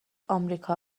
آمریکا